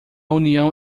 união